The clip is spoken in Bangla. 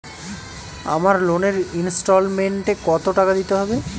আমার লোনের ইনস্টলমেন্টৈ কত টাকা দিতে হবে?